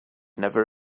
never